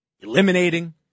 eliminating